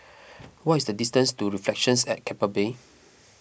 what is the distance to Reflections at Keppel Bay